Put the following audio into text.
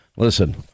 Listen